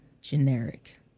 generic